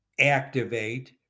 activate